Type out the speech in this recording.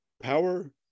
power